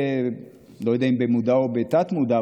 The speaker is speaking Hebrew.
לא יודע אם במודע או בתת-מודע,